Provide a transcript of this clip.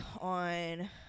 on